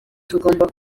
tugomba